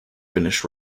finnish